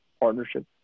Partnership